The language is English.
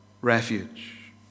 refuge